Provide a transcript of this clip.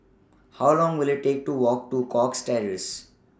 How Long Will IT Take to Walk to Cox Terrace